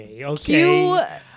okay